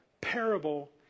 parable